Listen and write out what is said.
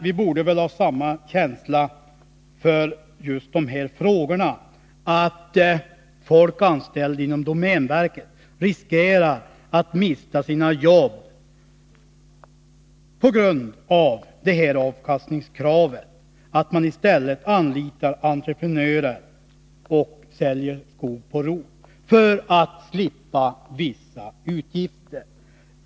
Vi borde ha samma känsla för just dessa frågor som handlar om att människor anställda inom domänverket riskerar att mista sina jobb på grund av avkastningskravet. Man anlitar entreprenörer och säljer skog på rot för att slippa vissa utgifter.